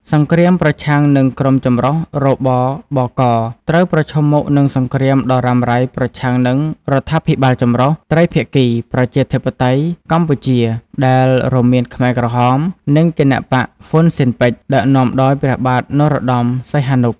សង្គ្រាមប្រឆាំងនឹងក្រុមចម្រុះ: រ.ប.ប.ក. ត្រូវប្រឈមមុខនឹងសង្គ្រាមដ៏រ៉ាំរ៉ៃប្រឆាំងនឹង រដ្ឋាភិបាលចម្រុះត្រីភាគីប្រជាធិបតេយ្យកម្ពុជាដែលរួមមានខ្មែរក្រហម និងគណបក្សហ៊្វុនស៊ិនប៉ិច ដឹកនាំដោយព្រះបាទនរោត្តម សីហនុ ។